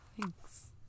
Thanks